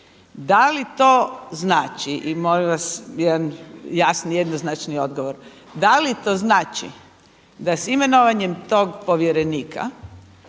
Da li to znači i molim vas jednoznačni odgovor, da li to znači da se s imenovanjem tog povjerenika